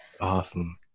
Awesome